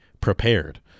prepared